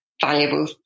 valuable